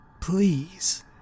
Please